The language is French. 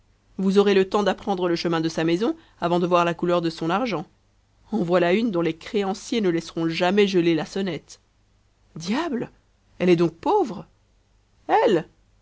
vous aurez le temps d'apprendre le chemin de sa maison avant de voir la couleur de son argent en voilà une dont les créanciers ne laisseront jamais geler la sonnette diable elle est donc pauvre elle